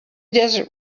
desert